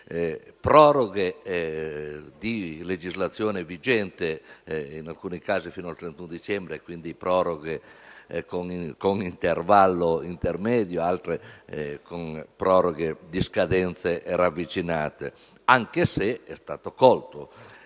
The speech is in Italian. proroghe di legislazione vigente, in alcuni casi fino al 31 dicembre, quindi con intervallo intermedio, in altri con scadenze ravvicinate, anche se, ed stato colto,